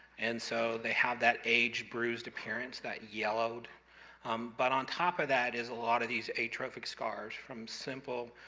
and so they have that aged, bruised appearance that yellowed um but on top of that is a lot of these atrophic scars, from simple,